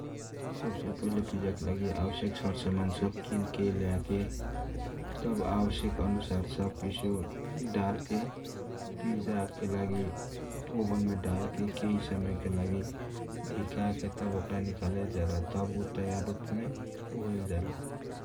सब से पहिला पिजा के लागी आवश्यक सरसमान सब किन के लयके तब आवश्यक अनुसार सबकिससो डालके पिजाके ओभन मे डालके केही समय के लागि धीका के तब ओकरा निकाले जाला ।